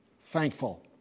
thankful